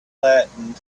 flattened